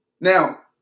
Now